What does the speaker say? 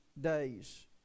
days